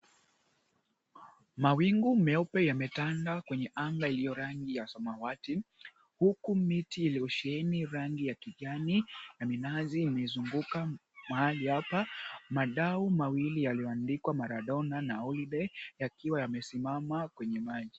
Mawingu meupe yametanda kwenye anga iliyo ya rangi ya samawati huku miti iliyosheheni rangi ya kijani na minazi imizunguka mahali hapa, madau mawili yaliyoandikwa, Maradona na Holiday yamesimama kwenye maji.